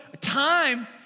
time